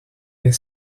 des